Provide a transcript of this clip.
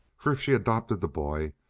for if she adopted the boy,